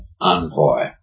envoy